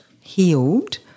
healed